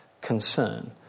concern